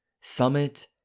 Summit